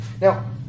Now